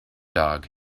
dog